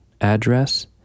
address